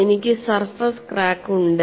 എനിക്ക് surface crack ഉണ്ട്